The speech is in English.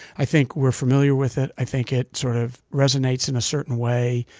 i think we're familiar with it. i think it sort of resonates in a certain way,